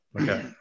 okay